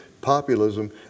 populism